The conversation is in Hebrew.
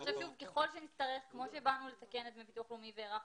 כמו שבאנו לתקן את דמי הביטוח הלאומי והארכנו,